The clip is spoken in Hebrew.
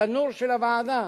לתנור של הוועדה,